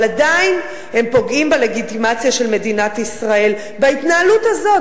אבל עדיין הם פוגעים בלגיטימציה של מדינת ישראל בהתנהלות הזאת.